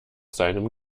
seinem